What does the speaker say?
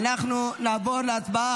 אנחנו נעבור להצבעה.